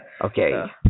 Okay